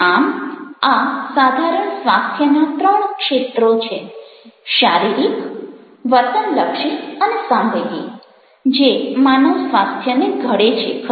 આમ આ સાધારણ સ્વાસ્થ્યના ત્રણ ક્ષેત્રો છે શારીરિક વર્તનલક્ષી અને સાંવેગિક જે માનવ સ્વાસ્થ્યને ઘડે છે ખરું